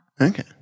Okay